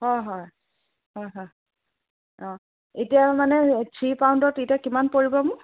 হয় হয় হয় হয় অঁ এতিয়া মানে থ্ৰী পাউণ্ডত এতিয়া কিমান পৰিব মোৰ